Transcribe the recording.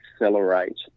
accelerate